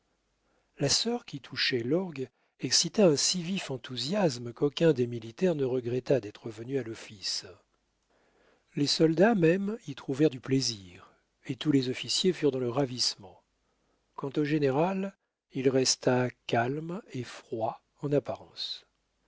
la sœur qui touchait l'orgue excita un si vif enthousiasme qu'aucun des militaires ne regretta d'être venu à l'office les soldats même y trouvèrent du plaisir et tous les officiers furent dans le ravissement quant au général il resta calme et froid en apparence